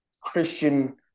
Christian